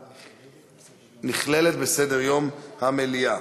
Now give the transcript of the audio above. נכללת בסדר-יום של המליאה.